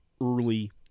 early